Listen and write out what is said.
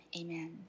amen